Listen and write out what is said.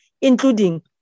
including